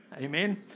amen